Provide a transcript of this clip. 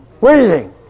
waiting